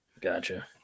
Gotcha